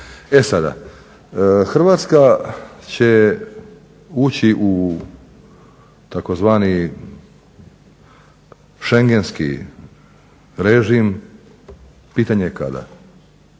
E sada, Hrvatska će ući u tzv. Schengenski režim pitanje kada.